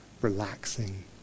relaxing